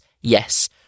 yes